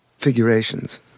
figurations